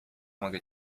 mogę